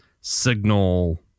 signal